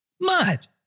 Mud